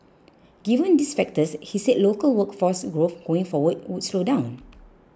given these factors he said local workforce growth going forward would slow down